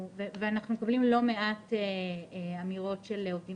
ואנחנו מקבלים לא מעט אמירות של עובדים